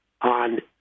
on